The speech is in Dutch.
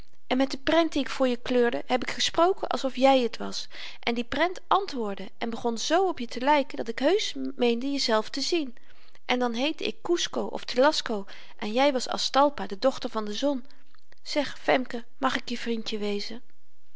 en met de prent die ik voor je kleurde heb ik gesproken alsof jy het was en die prent antwoordde en begon z op je te lyken dat ik heusch meende jezelf te zien en dan heette ik kusco of telasco en jy was aztalpa de dochter van de zon zeg femke mag ik je vrindje wezen